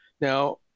now